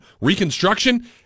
reconstruction